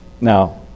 Now